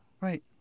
Right